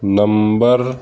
number